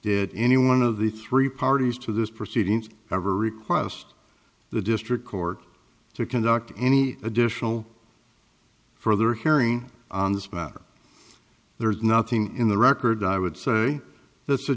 did any one of the three parties to this proceedings ever request the district court to conduct any additional further hearing on this matter there is nothing in the record i would say that